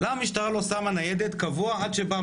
למה המשטרה לא שמה ניידת קבוע עד שבפעם